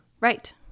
right